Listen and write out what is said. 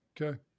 okay